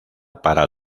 para